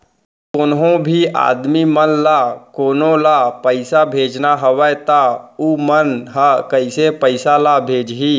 कोन्हों भी आदमी मन ला कोनो ला पइसा भेजना हवय त उ मन ह कइसे पइसा ला भेजही?